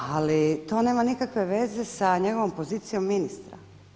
Ali to nema nikakve veze sa njegovom pozicijom ministra.